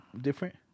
different